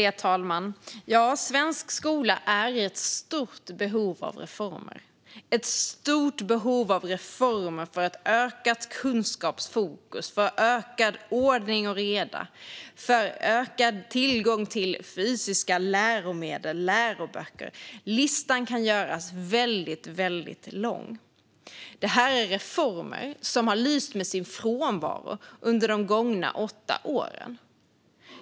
Fru talman! Ja, svensk skola är i ett stort behov av reformer - för ett ökat kunskapsfokus, för ökad ordning och reda, för ökad tillgång till fysiska läromedel och läroböcker. Listan kan göras väldigt lång. Det är reformer som har lyst med sin frånvaro under de gångna åtta åren.